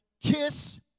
kiss